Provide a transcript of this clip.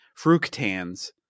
fructans